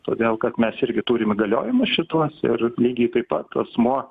todėl kad mes irgi turim įgaliojimus šituos ir lygiai taip pat asmuo